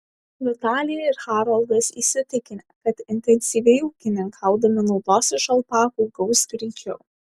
vitalija ir haroldas įsitikinę kad intensyviai ūkininkaudami naudos iš alpakų gaus greičiau